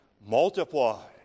multiply